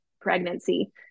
pregnancy